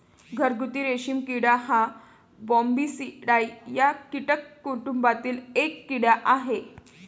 घरगुती रेशीम किडा हा बॉम्बीसिडाई या कीटक कुटुंबातील एक कीड़ा आहे